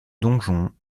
donjon